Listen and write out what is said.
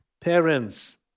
Parents